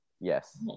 Yes